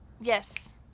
yes